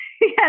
Yes